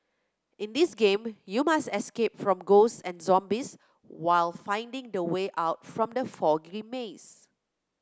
in this game you must escape from ghosts and zombies while finding the way out from the foggy maze